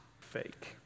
fake